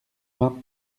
vingt